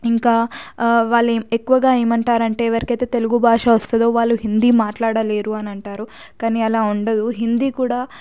ఇంకా వాళ్ళు ఎక్కువగా ఏమంటారు అంటే ఎవరికైతే తెలుగు భాష వస్తుందో వాళ్ళు హిందీ మాట్లాడలేరు అని అంటారు కానీ అలా ఉండదు హిందీ కూడా